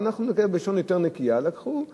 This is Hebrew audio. ואנחנו ננקוט לשון יותר נקייה: לקחו.